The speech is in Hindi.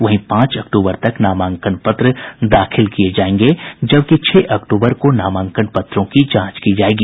वहीं पांच अक्टूबर तक नामांकन पत्र दाखिल किए जाएंगे जबकि छह अक्टूबर को नामांकन पत्रों की जांच की जाएगी